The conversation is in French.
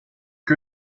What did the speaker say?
que